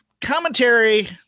commentary